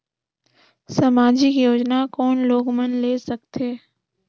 समाजिक योजना कोन लोग मन ले सकथे?